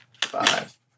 Five